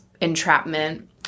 entrapment